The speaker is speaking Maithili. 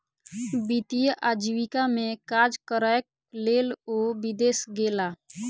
वित्तीय आजीविका में काज करैक लेल ओ विदेश गेला